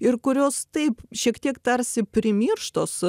ir kurios taip šiek tiek tarsi primirštos